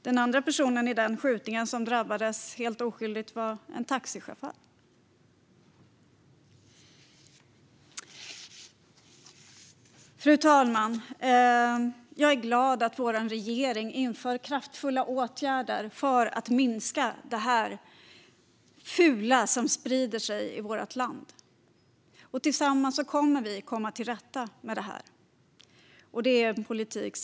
Den andra personen som drabbades helt oskyldig i denna skjutning var en taxichaufför. Fru talman! Jag är glad att vår regering inför kraftfulla åtgärder för att minska detta fula som sprider sig i vårt land. Tillsammans kommer vi att komma till rätta med detta.